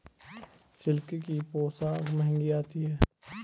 silk की पोशाक महंगी आती है